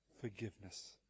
forgiveness